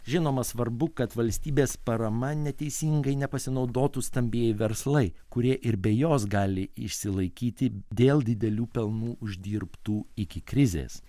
žinoma svarbu kad valstybės parama neteisingai nepasinaudotų stambieji verslai kurie ir be jos gali išsilaikyti dėl didelių pelnų uždirbtų iki krizės